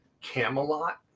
Camelot